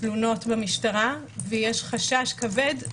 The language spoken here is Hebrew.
תלונות במשטרה ויש חשש כבד,